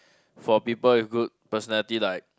for people with good personality like